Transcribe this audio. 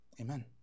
amen